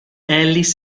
ellis